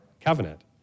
covenant